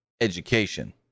education